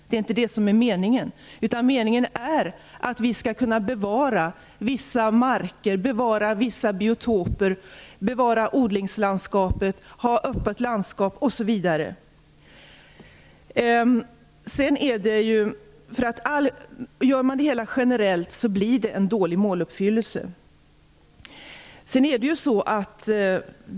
Det är inte det som är meningen, utan meningen är att vi skall kunna bevara vissa marker, biotoper, odlingslandskap, ha öppet landskap osv. Gör man det hela generellt blir det en dålig måluppfyllelse.